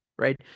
right